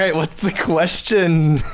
ah what's the question?